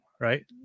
Right